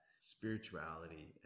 spirituality